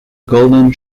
golden